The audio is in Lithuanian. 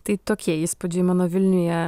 tai tokie įspūdžiai mano vilniuje